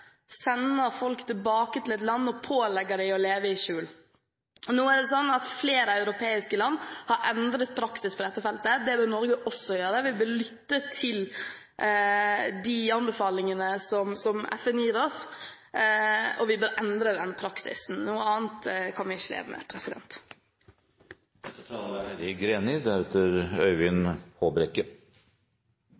folk tilbake, ut av landet – og dermed pålegger dem å leve i skjul. Nå er det sånn at flere europeiske land har endret praksis på dette feltet. Det bør Norge også gjøre. Vi bør lytte til de anbefalingene som FN gir oss, og vi bør endre den praksisen – noe annet kan vi ikke leve med.